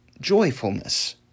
joyfulness